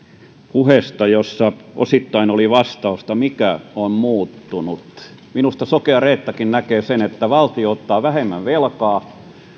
puheesta jossa osittain oli vastausta siihen mikä on muuttunut minusta sokea reettakin näkee sen että valtio ottaa vähemmän velkaa